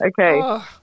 Okay